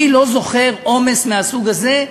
אני לא זוכר עומס מהסוג הזה.